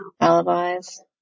Alibis